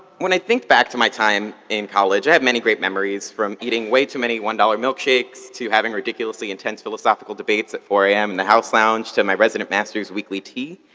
when i think back to my time in college, i have many great memories from eating way too many one dollars milkshakes to having ridiculously intense philosophical debates at four am in the house lounge to my resident master's weekly tea.